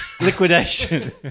Liquidation